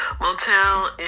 motel